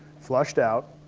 flushed out.